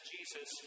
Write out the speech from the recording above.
Jesus